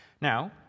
Now